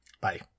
Bye